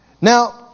Now